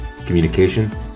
communication